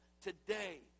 today